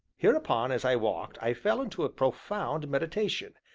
hereupon, as i walked, i fell into a profound meditation,